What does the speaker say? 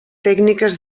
tècniques